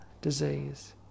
disease